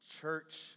church